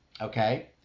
Okay